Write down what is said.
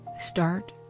start